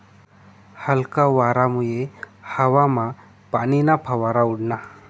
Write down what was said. हलका वारामुये हवामा पाणीना फवारा उडना